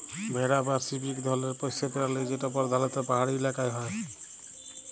ভেড়া বা শিপ ইক ধরলের পশ্য পেরালি যেট পরধালত পাহাড়ি ইলাকায় হ্যয়